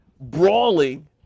brawling